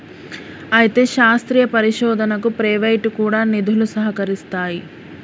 అయితే శాస్త్రీయ పరిశోధనకు ప్రైవేటు కూడా నిధులు సహకరిస్తాయి